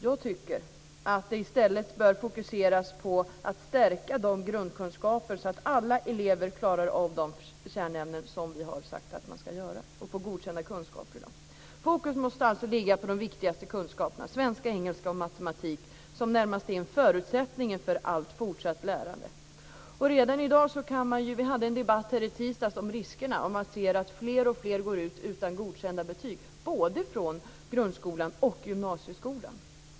Jag tycker att man i stället borde fokusera på en förstärkning av grundkunskaperna så att alla elever klarar av de kärnämnen som har fastställts och får godkända kunskaper i dem. Fokus måste alltså sättas på de viktigaste kunskaperna svenska, engelska och matematik som närmast är förutsättningen för allt fortsatt lärande. Vi hade en debatt här förra tisdagen om riskerna med att fler och fler går ut skolan utan godkända betyg, och det gäller både grundskolan och gymnasieskolan.